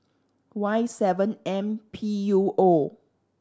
Y seven M P U O